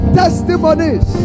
testimonies